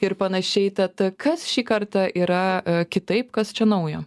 ir panašiai tad kas šį kartą yra kitaip kas čia naujo